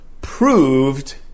proved